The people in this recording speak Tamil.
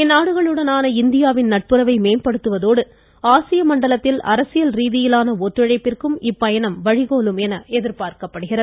இந்நாடுகளுடனான இந்தியாவின் நட்புறவை மேம்படுத்துவதோடு மண்டலத்தில் அரசியல் ரீதியிலான ஒத்துழைப்பிற்கும் இப்பயணம் வழிகோலும் என எதிர்பார்க்கப்படுகிறது